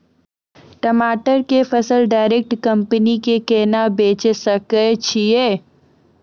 टमाटर के फसल डायरेक्ट कंपनी के केना बेचे सकय छियै?